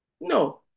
No